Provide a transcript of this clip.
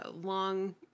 long